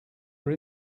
were